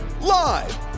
Live